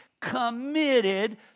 committed